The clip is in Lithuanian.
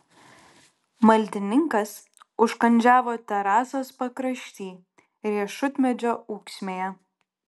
maldininkas užkandžiavo terasos pakrašty riešutmedžio ūksmėje